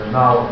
now